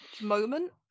moment